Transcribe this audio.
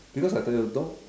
because I tell you don't